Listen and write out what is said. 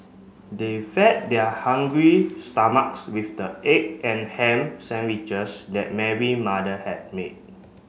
they fed their hungry stomachs with the egg and ham sandwiches that Mary mother had made